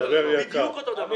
בדיוק אותו דבר.